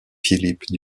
philippe